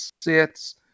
sits